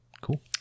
cool